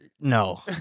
No